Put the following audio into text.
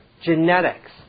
genetics